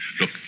Look